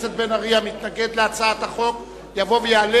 המתנגד להצעת החוק, יבוא ויעלה.